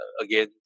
again